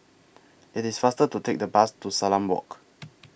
IT IS faster to Take The Bus to Salam Walk